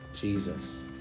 Jesus